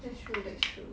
that's true that's true